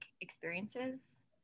experiences